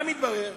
מה מתברר?